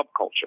subculture